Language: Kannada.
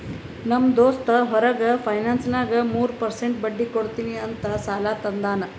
ನಮ್ ದೋಸ್ತ್ ಹೊರಗ ಫೈನಾನ್ಸ್ನಾಗ್ ಮೂರ್ ಪರ್ಸೆಂಟ್ ಬಡ್ಡಿ ಕೊಡ್ತೀನಿ ಅಂತ್ ಸಾಲಾ ತಂದಾನ್